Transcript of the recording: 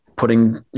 putting